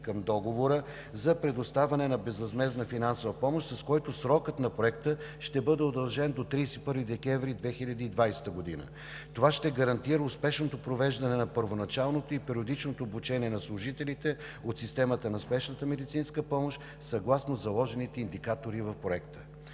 към Договора за предоставяне на безвъзмездна финансова помощ, с който срокът на Проекта ще бъде удължен до 31 декември 2020 г. Това ще гарантира успешното провеждане на първоначалното и периодичното обучение на служителите от системата на спешната медицинска помощ съгласно заложените индикатори в Проекта.